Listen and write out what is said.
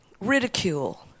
ridicule